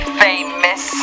famous